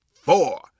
four